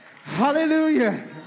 Hallelujah